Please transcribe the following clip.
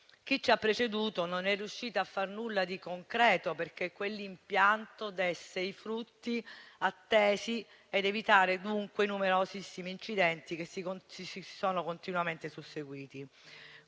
chi ci ha preceduto non è riuscito a far nulla di concreto perché quell'impianto desse i frutti attesi, evitando dunque i numerosissimi incidenti che si sono susseguiti.